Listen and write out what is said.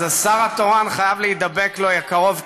אז השר התורן חייב להידבק אליו קרוב קרוב,